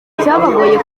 byabagoye